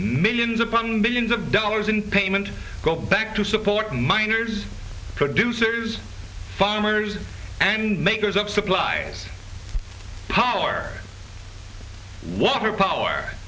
millions upon millions of dollars in payment go back to support miners producers farmers and makers of supplies power water power